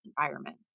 environment